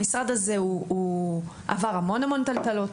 המשרד הזה עבר המון טלטלות.